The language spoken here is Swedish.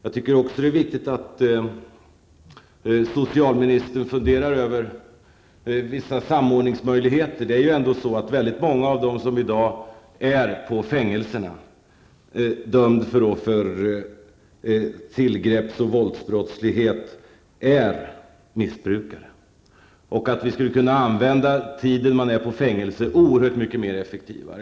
Det är också viktigt att socialministern funderar över vissa samordningsmöjligheter. Många av dem som befinner sig på fängelserna i dag, dömda för tillgrepps och våldsbrottslighet, är missbrukare. Tiden på fängelset skulle kunna användas oerhört mycket mer effektivt.